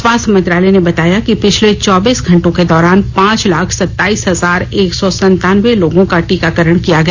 स्वास्थ्य मंत्रालय ने बताया कि पिछले चौबीस घंटों के दौरान पांच लाख सत्ताईस हजार एक सौ संतानवें लोगों का टीकाकरण किया गया